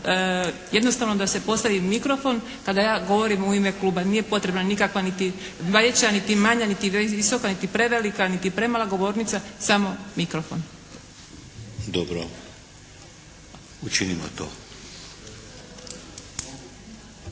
jednostavno da se postavi mikrofon kada ja govorim u ime kluba. Nije potrebna nikakva niti veća, niti manja, niti visoka, niti premala govornica samo mikrofon. **Šeks, Vladimir